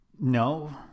no